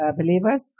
believers